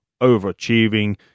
overachieving